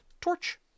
torch